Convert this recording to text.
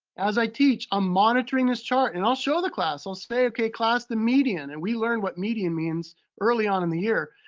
as i teach, i'm monitoring this chart. and i'll show the class. i'll say, okay, class, the median. and we learn what median means early on and the year.